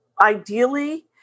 ideally